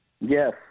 Yes